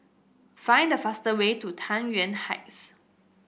find the fastest way to Tai Yuan Heights